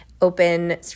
open